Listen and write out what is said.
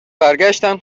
برگشتن